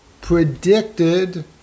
predicted